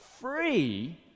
free